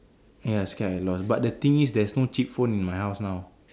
ya I scared I lost but the thing is there's no cheap phone in my house now